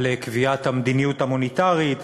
על קביעת המדיניות המוניטרית,